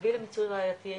להביא למיצוי ראייתי,